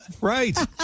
Right